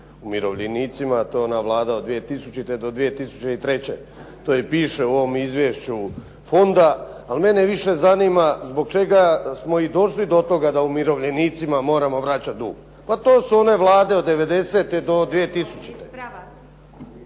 umirovljenicima a to je ona Vlada od 2000. do 2003., to i piše u ovom izvješću fonda ali mene više zanima zbog čega smo i došli do toga da umirovljenicima moramo vraćati dug. Pa to su one Vlade od 90.-te do 2000.